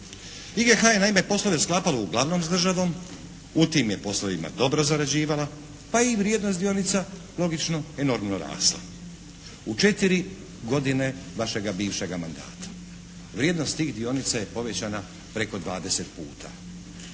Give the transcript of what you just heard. IGH je naime poslove sklapala uglavnom s državom, u tim je poslovima dobro zarađivala pa je i vrijednost dionica logično enormno rasla u četiri godine vašega bivšega mandata. Vrijednost tih dionica je povećana preko 20 puta.